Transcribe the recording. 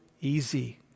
easy